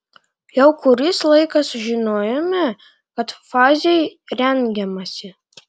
jau kuris laikas žinojome kad fazei rengiamasi